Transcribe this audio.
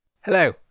hello